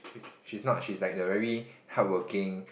she's not she's like the very hardworking